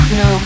no